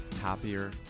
happier